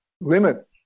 limit